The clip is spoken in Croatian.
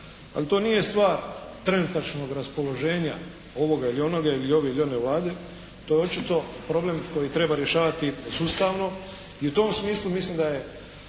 ali to nije stvar trenutačnog raspoloženja ovoga ili onoga ili ove ili one vlade. To je očito problem koji treba rješavati sustavno i u tom smislu da je